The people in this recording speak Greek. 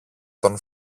τον